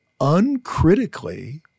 uncritically